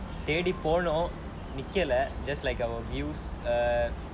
தேடி போனோனா நிக்கலே:thedi ponno nikkala just like our views err